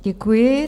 Děkuji.